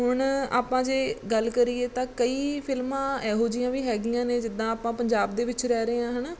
ਹੁਣ ਆਪਾਂ ਜੇ ਗੱਲ ਕਰੀਏ ਤਾਂ ਕਈ ਫਿਲਮਾਂ ਇਹੋ ਜਿਹੀਆਂ ਵੀ ਹੈਗੀਆਂ ਨੇ ਜਿੱਦਾਂ ਆਪਾਂ ਪੰਜਾਬ ਦੇ ਵਿੱਚ ਰਹਿ ਰਹੇ ਹਾਂ ਹੈ ਨਾ